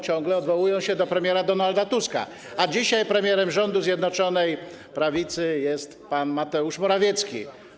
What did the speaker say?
ciągle odwołują się do premiera Donalda Tuska, a dzisiaj premierem rządu Zjednoczonej Prawicy jest pan Mateusz Morawiecki.